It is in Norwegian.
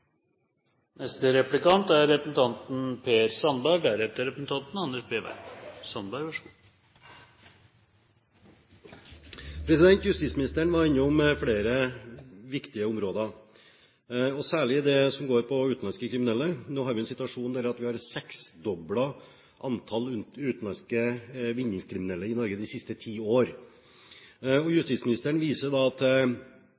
Justisministeren var innom flere viktige områder, og særlig det som går på utenlandske kriminelle. Nå har vi en situasjon der vi har seksdoblet antallet utenlandske vinningskriminelle i Norge de siste ti år. Justisministeren viser til avtalen med Romania, og